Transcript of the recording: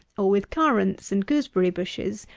or with currant and gooseberry bushes,